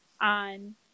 on